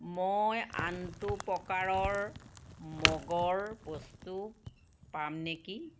মই আনটো প্ৰকাৰৰ মগৰ বস্তু পাম নেকি